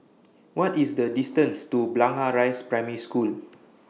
What IS The distance to Blangah Rise Primary School